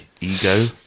ego